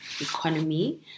economy